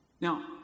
now